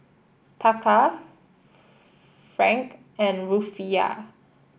Taka franc and Rufiyaa